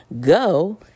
go